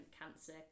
cancer